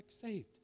saved